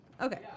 Okay